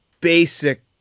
basic